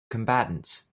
combatants